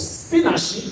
spinach